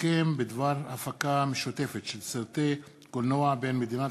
הסכם בדבר הפקה משותפת של סרטי קולנוע בין מדינת